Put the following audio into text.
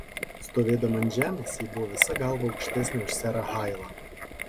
stovėdama ant žemės ji buvo visa galva aukštesnė už serą hailą